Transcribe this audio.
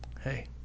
Hey